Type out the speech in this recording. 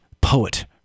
poet